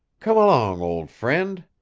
come along, ol' friend!